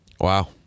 Wow